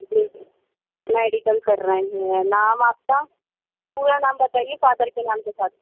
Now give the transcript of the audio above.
جی medical کر رہے ہیں نام آپ کا پورا نام بتائیے فادر کے نام کے ساتھ